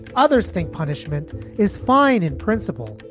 others think punishment is fine in principle,